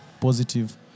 positive